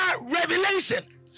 revelation